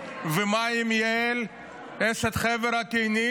ומה עם יעל אשת חבר הקיני?